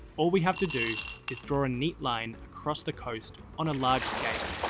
all we have to do is draw a and neat line across the coast on a large scale,